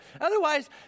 Otherwise